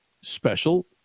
special